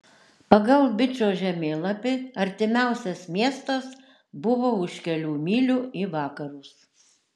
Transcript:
pagal bičo žemėlapį artimiausias miestas buvo už kelių mylių į vakarus